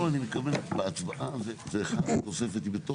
אז אני אעביר את הזמן שאתה תיתן לי